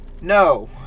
No